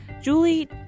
Julie